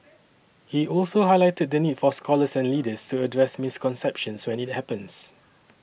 he also highlighted the need for scholars and leaders to address misconceptions when it happens